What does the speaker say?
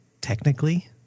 Technically